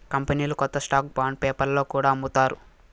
కంపెనీలు కొత్త stock bond పేపర్లో కూడా అమ్ముతారు